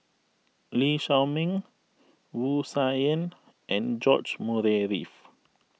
Lee Shao Meng Wu Tsai Yen and George Murray Reith